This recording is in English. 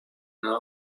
now